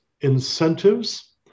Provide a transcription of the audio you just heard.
incentives